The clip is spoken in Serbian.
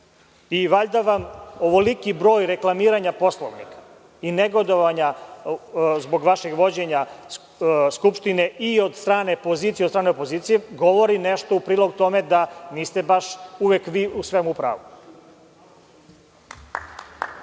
Valjda vam ovoliki broj reklamiranja Poslovnika i negodovanja zbog vašeg vođenja Skupštine i od strane pozicije i opozicije govori nešto u prilog tome da niste baš uvek vi u svemu u pravu.